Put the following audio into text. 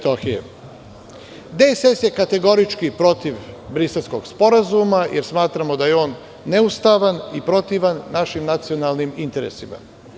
Demokratska stranka Srbije je kategorički protiv Briselskog sporazuma, jer smatramo da je on neustavan i protivan našim nacionalnim interesima.